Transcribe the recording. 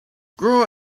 grow